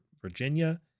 Virginia